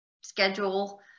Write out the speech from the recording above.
schedule